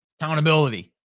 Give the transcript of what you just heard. Accountability